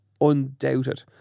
undoubted